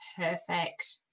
perfect